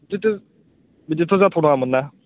बिदिथ' बिदिथ' जाथावनाङामोन ना